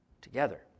together